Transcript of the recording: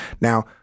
Now